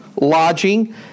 lodging